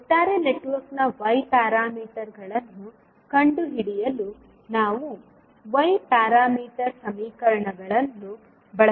ಒಟ್ಟಾರೆ ನೆಟ್ವರ್ಕ್ನ ವೈ ನಿಯತಾಂಕಗಳನ್ನು ಕಂಡುಹಿಡಿಯಲು ನಾವು ವೈ ಪ್ಯಾರಾಮೀಟರ್ ಸಮೀಕರಣಗಳನ್ನು ಬಳಸಬೇಕು